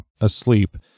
asleep